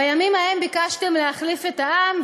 בימים ההם ביקשתם להחליף את העם,